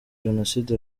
jenoside